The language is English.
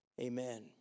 Amen